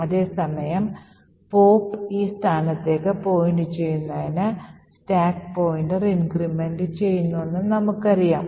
അതേ സമയം പോപ്പ് ഈ സ്ഥാനത്തേക്ക് പോയിന്റുചെയ്യുന്നതിന് സ്റ്റാക്ക് പോയിന്റർ ഇൻഗ്രിമെൻറ് ചെയ്യുമെന്ന് നമുക്കറിയാം